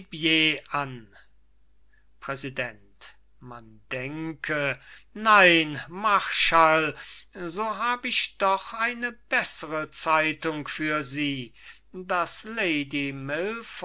an präsident man denke nein marschall so hab ich doch eine bessere zeitung für sie daß lady